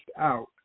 out